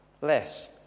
less